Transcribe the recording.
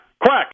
quack